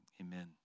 amen